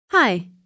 Hi